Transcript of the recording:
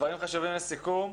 דברים חשובים לסיכום.